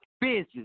business